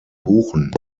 buchen